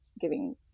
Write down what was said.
giving